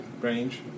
range